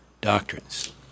Doctrines